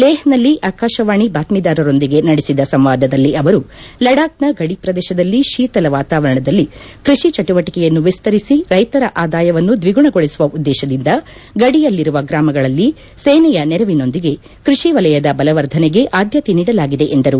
ಲೇಷ್ನಲ್ಲಿ ಆಕಾಶವಾಣಿ ಬಾತ್ತೀದಾರರೊಂದಿಗೆ ನಡೆಸಿದ ಸಂವಾದದಲ್ಲಿ ಅವರು ಲಡಾಕ್ನ ಗಡಿ ಪ್ರದೇಶದಲ್ಲಿ ತೀತಲ ವಾತಾವರಣದಲ್ಲಿ ಕೃಷಿ ಚಟುವಟಿಕೆಯನ್ನು ವಿಸ್ತರಿಸಿ ರೈತರ ಆದಾಯವನ್ನು ಧ್ವಿಗುಣಗೊಳಸುವ ಉದ್ಲೇಶದಿಂದ ಗಡಿಯಲ್ಲಿರುವ ಗ್ರಾಮಗಳಲ್ಲಿ ಸೇನೆಯ ನೆರವಿನೊಂದಿಗೆ ಕೈಷಿ ವಲಯದ ಬಲವರ್ಧನೆಗೆ ಆದ್ಲತೆ ನೀಡಲಾಗಿದೆ ಎಂದರು